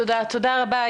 תודה רבה,